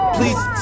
Please